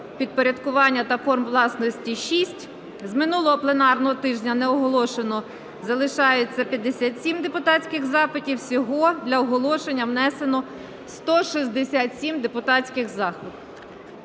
підпорядкування та форм власності – 6. З минулого пленарного тижня не оголошено залишається 57 депутатських запитів. Всього для оголошення внесено 167 депутатських запитів.